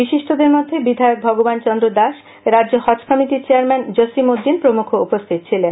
বিশিষ্টদের মধ্যে বিধায়ক ভগবান চন্দ্র দাস রাজ্য হজ কমিটির চেয়ারম্যান জসিমউদ্দিন প্রমুখ উপস্থিত ছিলেন